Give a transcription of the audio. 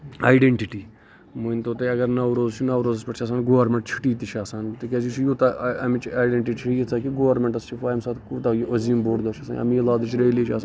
ایڈینٹِٹین مٲنۍ تو تُہۍ اَگر نوروز چھُ نوروزس پٮ۪ٹھ چھِ آسان گورمینٹ چھُٹی تہِ چھِ آسان تِکیازِ یہِ چھِ یوٗتاہ اَمِچ ایڈینٹِٹی چھِ ییٖژاہ تہِ گورمینٹَس چھِ پَے اَمہِ ساتہٕ کوٗتاہ یہِ عظیٖم بوٚڑ دۄہ چھُ آسان مِلادٕچ ریلی چھِ آسان